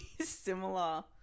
similar